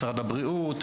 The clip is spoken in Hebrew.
משרד הבריאות,